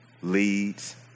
leads